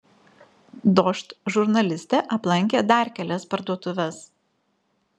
dožd žurnalistė aplankė dar kelias parduotuves